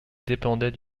dépendaient